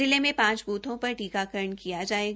जिले मे पांच बूथों पर टीकाकरण किया जायेगा